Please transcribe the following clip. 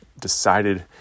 decided